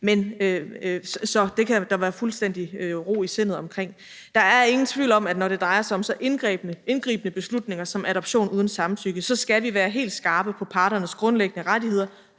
Så det kan man have fuldstændig ro i sindet omkring. Der er ingen tvivl om, at når det drejer sig om så indgribende beslutninger som adoption uden samtykke, så skal vi være helt skarpe på parternes grundlæggende rettigheder,